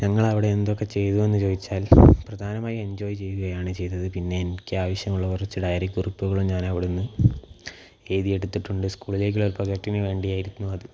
ഞങ്ങൾ അവിടെ എന്തൊക്കെ ചെയ്തു എന്നു ചോദിച്ചാൽ പ്രധാനമായും എൻജോയ് ചെയ്യുകയാണ് ചെയ്തത് പിന്നെ എനിക്ക് ആവശ്യമുള്ള കുറച്ച് ഡയറി കുറുപ്പുകളും ഞാൻ അവിടെനിന്ന് എഴുതിയെടുത്തിട്ടുണ്ട് സ്കൂളിലേക്കുള്ള ഒരു പ്രോജക്ടിന് വേണ്ടിയായിരുന്നു അത്